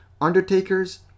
undertakers